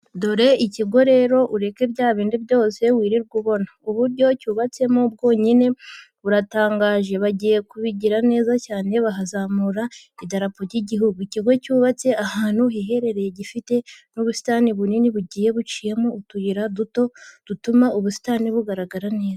Dore ikigo rero ureke bya bindi byose wirirwa ubona, uburyo cyubatsemo bwonyine buratangaje, bagiye kubigira neza cyane bahazamura n'idarapo ry'igihugu. Ikigo cyubatse ahantu hirengeye gifite n'ubusitani bunini bugiye buciyemo utuyira duto dutuma ubusitani bugaragara neza.